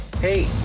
Hey